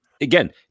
again